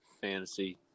fantasy